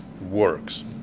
works